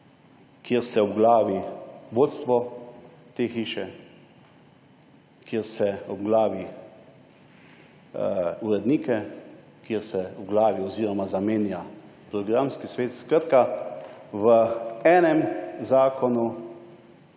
kjer se obglavi vodstvo te hiše, kjer se obglavi urednike, ker se obglavi oziroma zamenja programski svet. Skratka v enem zakonu